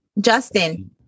Justin